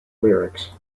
lyrics